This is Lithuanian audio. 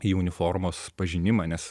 į uniformos pažinimą nes